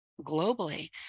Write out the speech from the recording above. globally